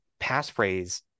passphrase